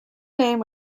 name